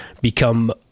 become